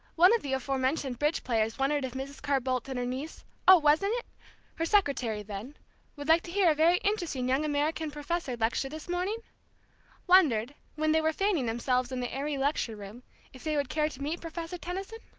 one of the aforementioned bridge players wondered if mrs. carr-bolt and her niece oh, wasn't it her secretary then would like to hear a very interesting young american professor lecture this morning wondered, when they were fanning themselves in the airy lecture-room if they would care to meet professor tension?